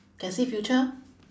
can see future